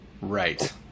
Right